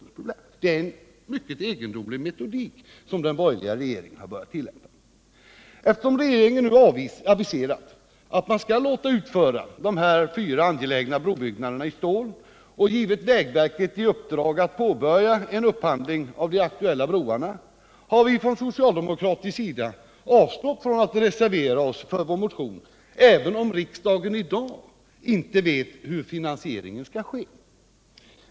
Ja, det är verkligen en mycket egendomlig metodik som den borgerliga regeringen nu börjat tillämpa. Eftersom regeringen nu aviserat att man skall låta utföra de här fyra angelägna brobyggnaderna i stål och givit vägverket i uppdrag att påbörja upphandling av de aktuella broarna, har vi från socialdemokratisk sida avstått från att reservera oss till förmån för vår motion, även om riksdagen i dag inte vet hur finansieringen skall ske.